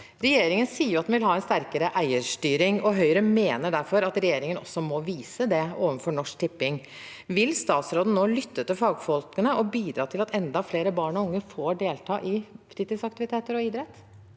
Regjeringen sier at en vil ha en sterkere eierstyring, og Høyre mener derfor at regjeringen også må vise det overfor Norsk Tipping. Vil statsråden nå lytte til fagfolkene og bidra til at enda flere barn og unge får delta i fritidsaktiviteter og idrett?